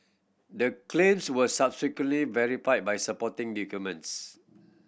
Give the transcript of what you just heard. the claims were subsequently verified by supporting documents